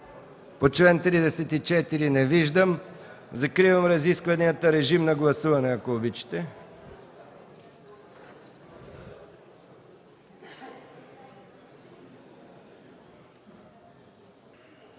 по чл. 34? Няма. Закривам разискванията. Режим на гласуване, ако обичате.